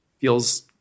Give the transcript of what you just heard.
feels